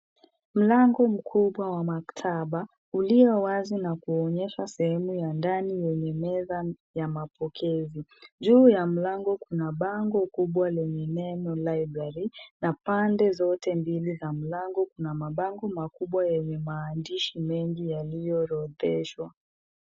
Mlango mkubwa wa maktaba ulio wazi na kuonyesha sehemu ya ndani yenye meza ya mapokezi. Juu ya mlango kuna bango kubwa lenye neno library na pande zote mbili za mlango zina mabango makubwa yenye maandishi mengi yaliyo orodheshwa.